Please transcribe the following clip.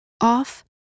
Off